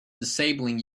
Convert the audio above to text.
disabling